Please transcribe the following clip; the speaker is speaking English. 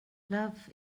love